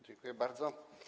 Dziękuję bardzo.